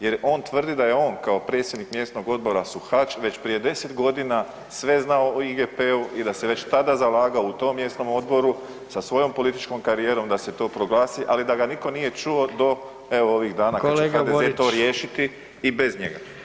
Jer on tvrdi da je on kao predsjednik Mjesnog odbora Suhač već prije 10 godina sve znao o IGP-u i da se već tada zalagao u tom mjesnom odboru sa svojom političkom karijerom da se to proglasi, ali da ga nitko nije čuo do evo ovih dana kada će HDZ-e to riješiti i bez njega.